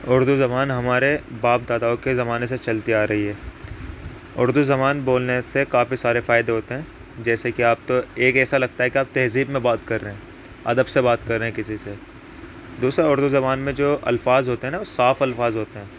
اردو زبان ہمارے پاب داداؤں کے زمانے سے چلتی آ رہی ہے اردو زبان بولنے سے کافی سارے فائدے ہوتے ہیں جیسے کہ آپ تو ایک ایسا لگتا ہے کہ آپ تہذیب میں بات کر رہے ہیں ادب سے بات کر رہے ہیں کسی سے دوسرا اردو زبان میں جو الفاظ ہوتے ہیں نا وہ صاف الفاظ ہوتے ہیں